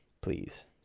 please